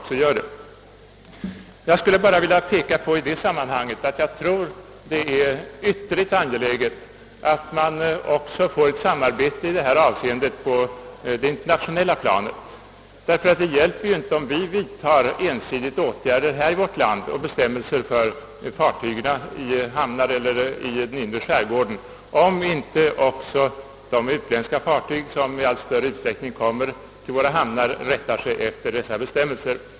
I detta sammanhang skulle jag vilja framhålla att jag tror att det är ytterligt angeläget att man får ett samarbete på det internationella planet. Det hjälper ju inte att vi vidtar åtgärder här i vårt land och utfärdar bestämmelser för fartyg i hamnar eller i den inre skärgården, om inte också de utländska fartyg som i allt större utsträckning kommer till våra hamnar rättar sig efter dessa bestämmelser.